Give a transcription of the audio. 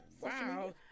Wow